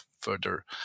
further